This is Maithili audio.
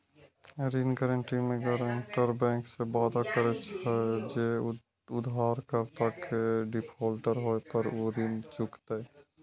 ऋण गारंटी मे गारंटर बैंक सं वादा करे छै, जे उधारकर्ता के डिफॉल्टर होय पर ऊ ऋण चुकेतै